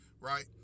right